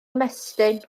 ymestyn